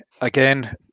again